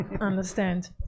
Understand